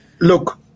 Look